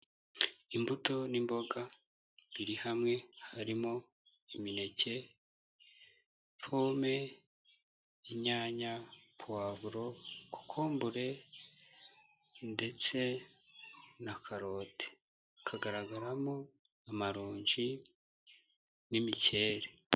Imbuto n'imboga biri hamwe, harimo imineke, pome, inyanya, pavuro, kokombure ndetse na karote, hakagaragaramo amaronji n'imikeri.